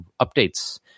updates